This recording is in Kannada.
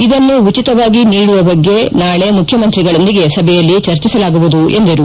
ಇದನ್ನು ಉಚಿತವಾಗಿ ನೀಡುವ ಬಗ್ಗೆ ನಾಳೆ ಮುಖ್ಯಮಂತ್ರಿಗಳೊಂದಿಗೆ ಸಭೆಯಲ್ಲಿ ಚರ್ಚಿಸಲಾಗುವುದು ಎಂದರು